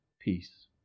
peace